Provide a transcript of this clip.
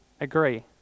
agree